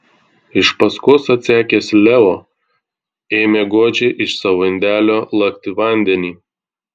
iš paskos atsekęs leo ėmė godžiai iš savo indelio lakti vandenį